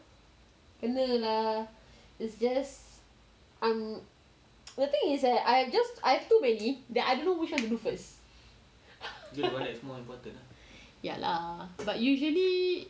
kena lah it's just um the thing is that I have too many that I don't know which one to do first ya lah but usually